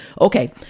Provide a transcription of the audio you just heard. Okay